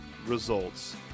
results